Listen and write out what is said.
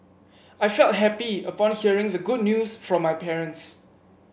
I felt happy upon hearing the good news from my parents